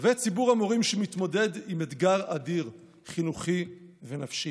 ומאמצים מודיעיניים אדירים כדי להשיב את החפצים